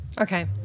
Okay